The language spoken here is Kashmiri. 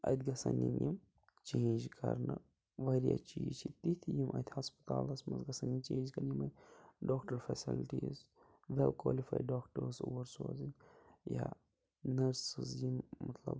اَتہِ گَژھیٚن یِنۍ یِم چینٛج کَرنہٕ واریاہ چیٖز چھِ تِتھۍ یِم اَتہِ ہَسپَتالَس منٛز گَژھیٚن یِنۍ چینٛج کَرنہِ یِم doctor facilities well qualified doctors اور سوزٕنۍ یا نٔرسِز یِم مطلب